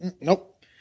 Nope